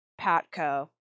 PATCO